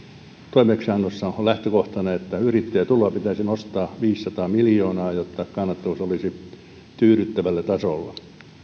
toimeksiannossa on on lähtökohtana että yrittäjätuloa pitäisi nostaa viisisataa miljoonaa jotta kannattavuus olisi tyydyttävällä tasolla se on